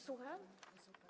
Słucham?